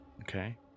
Okay